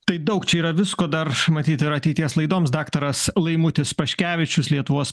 tai daug čia yra visko dar matyt ir ateities laidoms daktaras laimutis paškevičius lietuvos